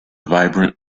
vibrant